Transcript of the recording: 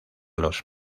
los